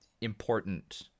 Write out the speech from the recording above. important